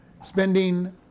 Spending